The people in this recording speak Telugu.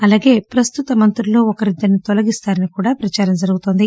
అలాగే ప్రస్తుత మంత్రుల్లో ఒకరు ఇద్దరిని తొలగిస్తారని కూడా ప్రచారం జరుగుతుంది